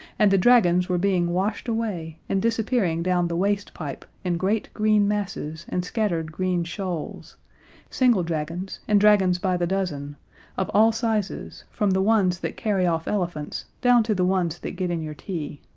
and the dragons were being washed away and disappearing down the waste pipe in great green masses and scattered green shoals single dragons and dragons by the dozen of all sizes, from the ones that carry off elephants down to the ones that get in your tea.